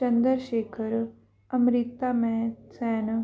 ਚੰਦਰ ਸ਼ੇਖਰ ਅਮ੍ਰਿਤ ਮੈਂ ਸੈਨ